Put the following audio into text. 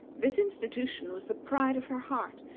this institution was the pride of her heart,